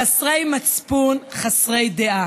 חסרי מצפון, חסרי דעה.